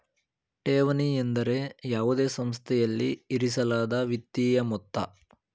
ಠೇವಣಿ ಎಂದರೆ ಯಾವುದೇ ಸಂಸ್ಥೆಯಲ್ಲಿ ಇರಿಸಲಾದ ವಿತ್ತೀಯ ಮೊತ್ತ